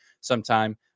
sometime